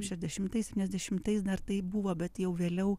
šedešimtais septyniasdešimtais dar taip buvo bet jau vėliau